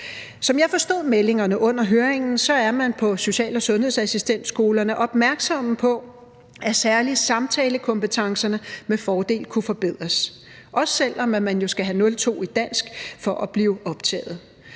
Som jeg forstod meldingerne under høringen, er de på social- og sundhedsassistentskolerne opmærksomme på, at særlig samtalekompetencerne med fordel kan forbedres, også selv om man jo skal have 02 i dansk for at blive optaget.